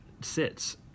sits